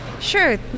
Sure